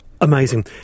amazing